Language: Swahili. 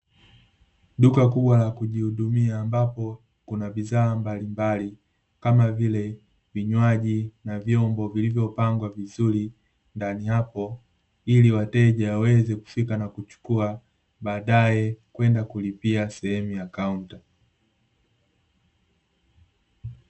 Duka kubwa la kujihudumia ambapo kuna bidhaa mbalimbali kama vile vinywaji, na vyombo vilivyopangwa vizuri ndani hapo ili wateja waweze kufika na kuchukua, baadae kwenda kulipia sehemu ya kaunta.